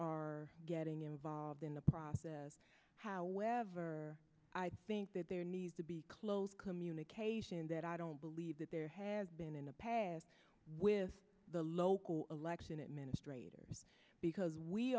are getting involved in the process however there needs to be closed communication that i don't believe that there has been in the past with the local election administrators because we